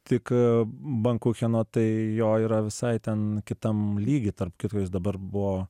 tik bankucheno tai jo yra visai ten kitam lygy tarp kitko jis dabar buvo